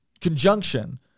conjunction